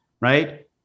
Right